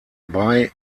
bei